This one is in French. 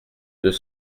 deux